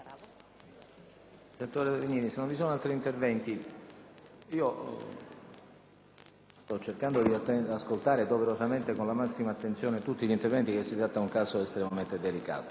Senatore Legnini, sto cercando di ascoltare, doverosamente e con la massima attenzione, tutti gli interventi, perché si tratta di un caso estremamente delicato.